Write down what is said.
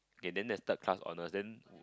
okay then there's third class honours then